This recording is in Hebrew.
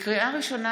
לקריאה ראשונה,